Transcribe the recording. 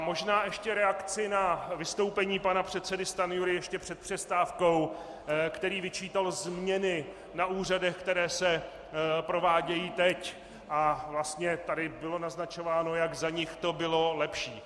Možná ještě reakci na vystoupení pana předsedy Stanjury ještě před přestávkou, který vyčítal změny na úřadech, které se provádějí teď, a vlastně tady bylo naznačováno, jak za nich to bylo lepší.